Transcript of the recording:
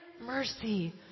mercy